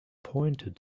pointed